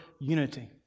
unity